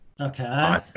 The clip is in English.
Okay